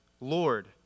Lord